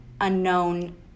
unknown